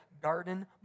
garden